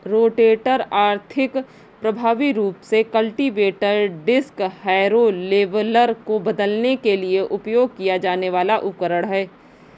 rotator आर्थिक, प्रभावी रूप से कल्टीवेटर, डिस्क हैरो, लेवलर को बदलने के लिए उपयोग किया जाने वाला उपकरण है